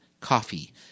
coffee